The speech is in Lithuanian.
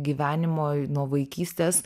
gyvenimo nuo vaikystės